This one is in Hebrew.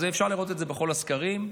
אפשר לראות את זה בכל הסקרים,